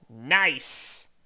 Nice